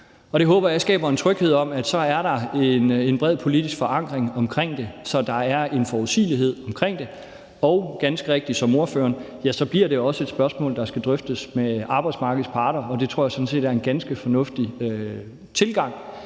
og det håber jeg skaber en tryghed om, at der så er en bred politisk forankring om det, så der er en forudsigelighed om det. Og det er ganske rigtigt, som fru Victoria Velasquez sagde, at det så også bliver et spørgsmål, der skal drøftes med arbejdsmarkedets parter. Jeg tror sådan set, det er en ganske fornuftig tilgang,